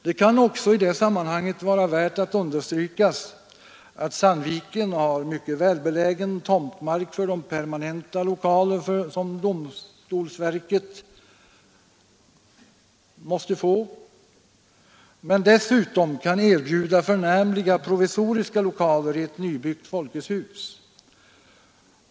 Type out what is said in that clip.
Det kan också i det sammanhanget vara värt att understrykas att Sandviken har mycket välbelägen tomtmark för de permanenta lokaler som domstolsverket måste få men dessutom kan erbjuda förnämliga provisoriska lokaler i ett nybyggt Folkets hus.